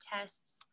tests